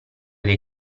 dei